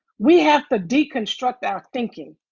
we have to deconstruct our thinking.